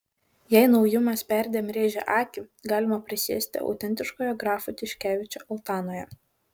jei naujumas perdėm rėžia akį galima prisėsti autentiškoje grafų tiškevičių altanoje